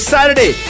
Saturday